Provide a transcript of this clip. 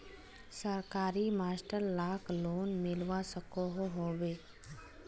सरकारी मास्टर लाक लोन मिलवा सकोहो होबे?